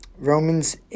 Romans